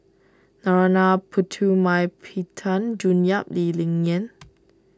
Narana Putumaippittan June Yap and Lee Ling Yen